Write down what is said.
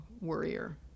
worrier